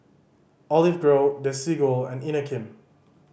Olive Grove Desigual and Inokim